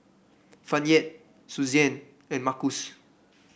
Fayette Susann and Markus